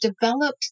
developed